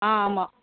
ஆ ஆமாம்